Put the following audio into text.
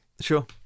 sure